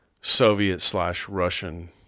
Soviet-slash-Russian